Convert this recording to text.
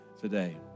today